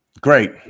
Great